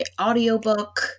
audiobook